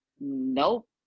nope